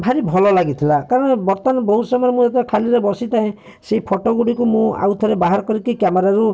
ଭାରି ଭଲ ଲାଗିଥିଲା କାରଣ ବର୍ତ୍ତମାନ ବହୁତ ସମୟରେ ମୁଁ ଯେତେବେଳେ ବସିଥାଏ ସେ ଫଟୋ ଗୁଡ଼ିକୁ ମୁଁ ଆଉ ଥରେ ବାହାର କରିକି କ୍ୟାମେରାରୁ